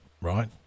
right